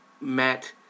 Matt